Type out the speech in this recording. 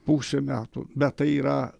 pusę metų bet tai yra